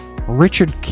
Richard